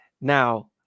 Now